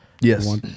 Yes